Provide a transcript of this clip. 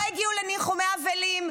לא הגיעו לניחומי אבלים,